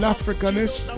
Africanist